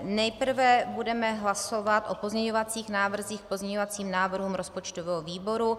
Nejprve budeme hlasovat o pozměňovacích návrzích k pozměňovacím návrhům rozpočtového výboru.